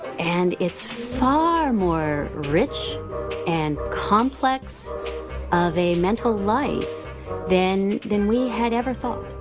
and it's far more rich and complex of a mental life than than we had ever thought.